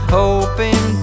hoping